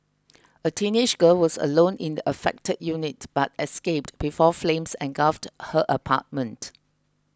a teenage girl was alone in the affected unit but escaped before flames engulfed her apartment